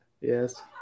yes